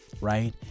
right